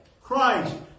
Christ